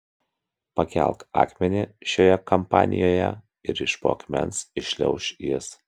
pakelk akmenį šioje kampanijoje ir iš po akmens iššliauš jis